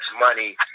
Money